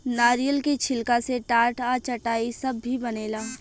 नारियल के छिलका से टाट आ चटाई सब भी बनेला